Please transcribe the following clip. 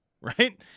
Right